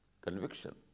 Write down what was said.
conviction